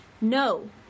No